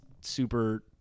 super –